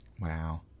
Wow